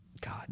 God